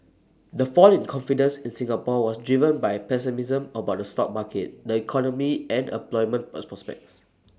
the fall in confidence in Singapore was driven by pessimism about the stock market the economy and employment pro prospects